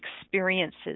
experiences